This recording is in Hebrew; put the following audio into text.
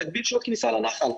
נגביל שעות כניסה לנחל.